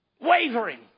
wavering